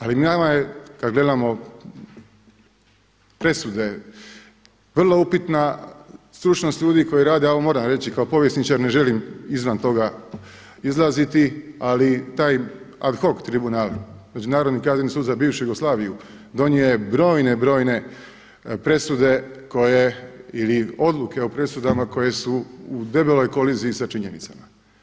Ali nama je kad gledamo presude vrlo upitna stručnost ljudi koji rade, ja ovo moram reći, kao povjesničar ne želim izvan toga izlaziti ali taj ad hoc tribunal Međunarodni kazneni sud za bivšu Jugoslaviju donio je brojne, brojne presude koje ili odluke o presudama koje su u debeloj koliziji sa činjenicama.